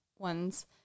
One's